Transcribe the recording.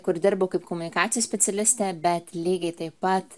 kur dirbau kaip komunikacijos specialistė bet lygiai taip pat